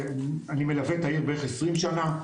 אני מלווה את העיר בערך 20 שנה,